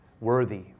worthy